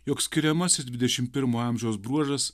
jog skiriamasis dvidešimt pirmo amžiaus bruožas